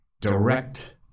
Direct